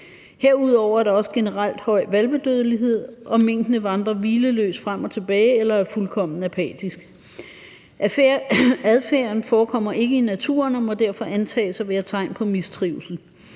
Herudover er der også generelt høj hvalpedødelighed, og minkene vandrer hvileløst frem og tilbage eller er fuldkommen apatiske. Adfærden forekommer ikke i naturen og må derfor antages at være tegn på mistrivsel.